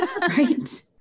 right